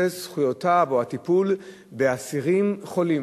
בנושא זכויות או הטיפול באסירים חולים,